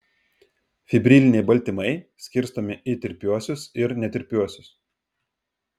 fibriliniai baltymai skirstomi į tirpiuosius ir netirpiuosius